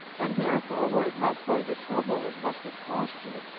and therefore, were it not for the trouble it must have cost you,